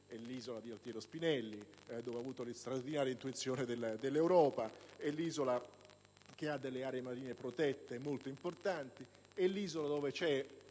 è l'isola di Altiero Spinelli, dove egli ha avuto la straordinaria intuizione dell'Europa; è l'isola che ha delle aree marine protette molto importanti; è l'isola dove c'è